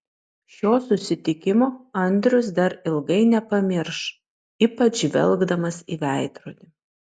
šio susitikimo andrius dar ilgai nepamirš ypač žvelgdamas į veidrodį